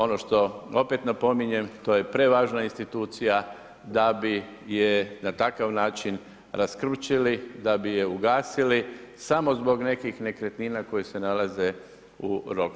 Ono što opet napominjem to je prevažna institucija, da bi je na takav način raskrvčili, da bi je ugasili, samo zbog nekih nekretnina koje se nalaze u Rockfellerovoj.